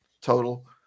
total